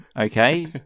Okay